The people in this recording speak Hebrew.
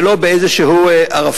ולא באיזה ערפל.